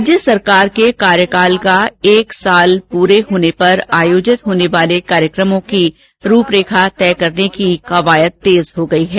राज्य सरकार के कार्यकाल का एक साल पूरे होने के मौके पर आयोजित होने वाले कार्यक्रमों की रूपरेखा तैयार करने को लेकर कवायद तेज हो गई है